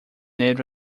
native